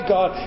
God